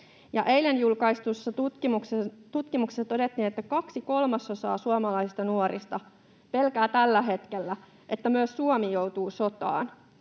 eilen julkaistussa tutkimuksessa todettiin, että kaksi kolmasosaa suomalaisista nuorista pelkää tällä hetkellä, että myös Suomi joutuu sotaan.